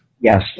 Yes